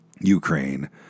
Ukraine